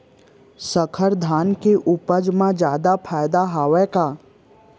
संकर धान के उपज मा जादा फायदा हवय का?